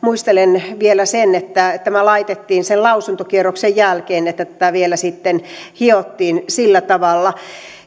muistelen vielä että tämä laitettiin sen lausuntokierroksen jälkeen että tätä vielä sitten hiottiin sillä tavalla